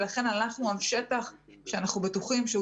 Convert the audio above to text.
ולכן הלכנו על שטח שאנחנו בטוחים שהוא